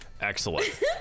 Excellent